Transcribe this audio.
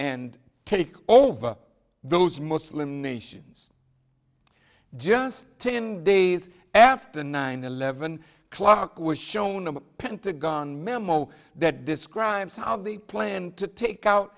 and take over those muslim nations just ten days after nine eleven clock was shown in the pentagon memo that describes how the plan to take out